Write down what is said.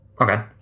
Okay